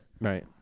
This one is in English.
Right